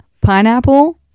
pineapple